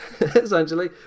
essentially